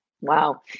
wow